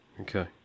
Okay